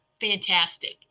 fantastic